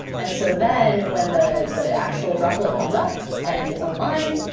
and so then when the the actual droplet comes up and is online,